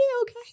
okay